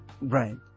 right